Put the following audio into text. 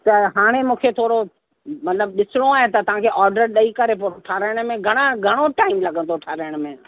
त हाणे मूंखे थोरो मतिलबु ॾिसणो आहे त तव्हांखे ऑर्डर ॾई करे पोइ ठाहिरायण में घणा घणो टाइम लॻंदो ठाहिरायण में